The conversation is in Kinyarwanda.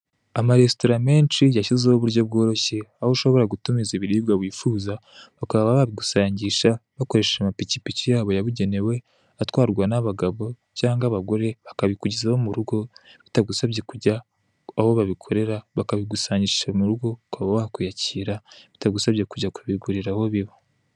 Amaresitora menshi yasizeho uburyo bworoshye, aho ushobora gutumiza ibiribwa wifuza, bakaba babigusangisha bakoresheje amapikipiki yabo yabugenewe , atwarwa n'abagabo cyangwa abagore, bakabikugezaho mu rugo bitagusabye kujya aho babikorera bakabigusangisha mu rugo ukaba wakwiyakira bitagusabye kujya kubigurira aho biba.